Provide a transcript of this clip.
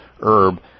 herb